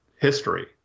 history